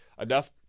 enough